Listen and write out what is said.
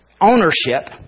ownership